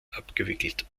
abgewickelt